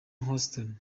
houston